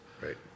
Right